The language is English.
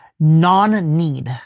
Non-need